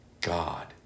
God